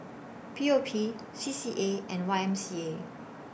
P O P C C A and Y M C A